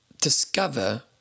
discover